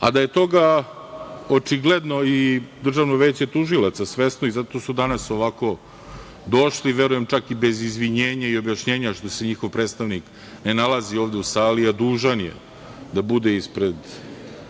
a da je toga i očigledno DVT svesno i zato su ovako danas došli i verujem čak i bez izvinjenja i objašnjenja što se njihov predstavnik ne nalazi ovde u sali, a dužan je da bude ispred